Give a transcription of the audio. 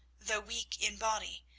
though weak in body,